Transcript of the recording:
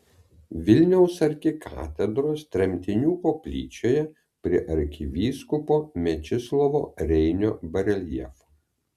vilniaus arkikatedros tremtinių koplyčioje prie arkivyskupo mečislovo reinio bareljefo